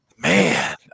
Man